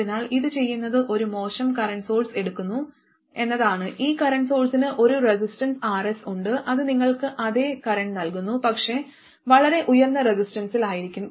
അതിനാൽ ഇത് ചെയ്യുന്നത് ഒരു മോശം കറന്റ് സോഴ്സ് എടുക്കുന്നു എന്നതാണ് ഈ കറന്റ് സോഴ്സിന് ഒരു റെസിസ്റ്റൻസ് Rs ഉണ്ട് അത് നിങ്ങൾക്ക് അതേ കറന്റ് നൽകുന്നു പക്ഷേ വളരെ ഉയർന്ന റെസിസ്റ്റൻസിലായിരിക്കും